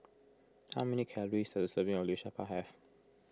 how many calories does a serving of Liu Sha Bao have